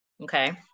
Okay